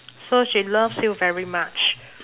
so she loves you very much